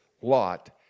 lot